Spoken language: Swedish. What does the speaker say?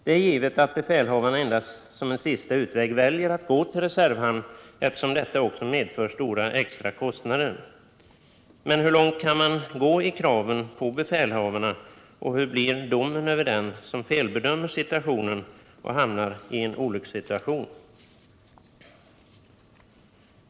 Det är givet att befälhavarna bara som en sista utväg väljer att gå till reservhamn, eftersom detta också medför stora extrakostnader. Men hur långt kan man gå i kraven på befälhavarna, och hur blir domen över den som felbedömer situationen och hamnar i en olyckssituation?